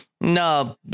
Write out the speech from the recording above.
No